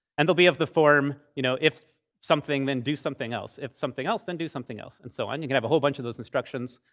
and they'll be of the form, you know, if something, then do something else. if something else, then do something else, and so on. you can have a whole bunch of those instructions.